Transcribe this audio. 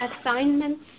assignments